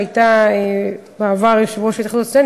שהייתה בעבר יושבת-ראש התאחדות הסטודנטים,